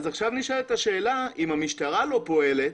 עכשיו נשאלת השאלה: אם המשטרה לא פועלת,